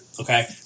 Okay